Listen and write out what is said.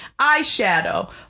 eyeshadow